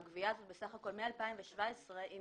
שהגבייה הזאת ב-2017 נעשתה בסך הכול בצורה מסודרת עם